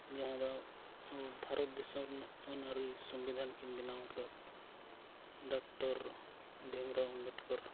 ᱡᱟᱦᱟᱸ ᱫᱚ ᱟᱵᱚ ᱵᱷᱟᱨᱚᱛ ᱫᱤᱥᱚᱢ ᱨᱮᱱᱟᱜ ᱟᱹᱱᱼᱟᱹᱨᱤ ᱥᱚᱢᱵᱤᱫᱷᱟᱱ ᱠᱤᱱ ᱵᱮᱱᱟᱣ ᱠᱟᱫ ᱰᱟᱠᱴᱚᱨ ᱵᱷᱤᱢᱨᱟᱣ ᱟᱢᱵᱮᱛᱠᱚᱨ